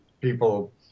people